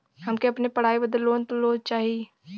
हमके अपने पढ़ाई बदे लोन लो चाही?